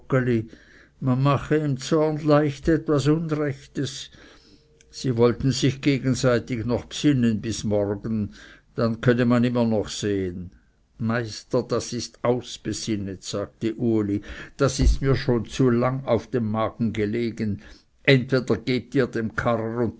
man mache im zorn leicht etwas unrechtes sie wollten sich gegenseitig noch bsinnen bis morgen man könne dann immer noch sehen meister das ist ausbsinnet sagte uli das ist mir schon zu lang auf dem magen gelegen entweder gebt ihr dem karrer